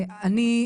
אני,